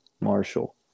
Marshall